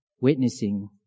witnessing